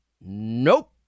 Nope